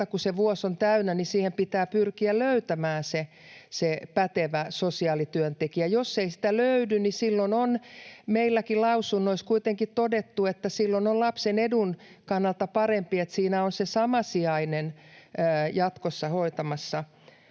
kun se vuosi on täynnä, niin siihen pitää pyrkiä löytämään se pätevä sosiaalityöntekijä. Jos ei sitä löydy — meilläkin lausunnoissa on todettu — niin silloin on lapsen edun kannalta parempi, että siinä on se sama sijainen jatkossa hoitamassa